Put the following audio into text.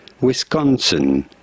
Wisconsin